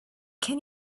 can